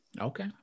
Okay